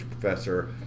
Professor